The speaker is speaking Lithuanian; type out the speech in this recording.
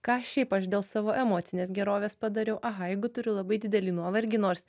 ką šiaip aš dėl savo emocinės gerovės padariau aha jeigu turiu labai didelį nuovargį nors